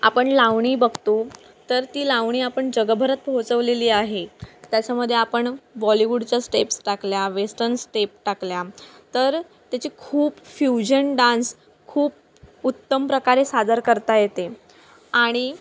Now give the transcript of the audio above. आपण लावणी बघतो तर ती लावणी आपण जगभरात पोहोचवलेली आहे त्याच्यामध्ये आपण बॉलिवूडच्या स्टेप्स टाकल्या वेस्टन स्टेप टाकल्या तर त्याची खूप फ्युजन डान्स खूप उत्तम प्रकारे सादर करता येते आणि